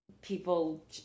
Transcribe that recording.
People